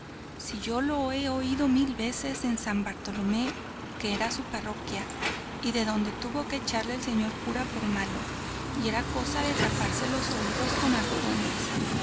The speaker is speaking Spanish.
si yo lo he oido mil veces en san bartolomé que era su parroquia y de donde tuvo que echarle el señor cura por malo y era cosa de taparse los oídos con algodones